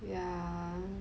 yeah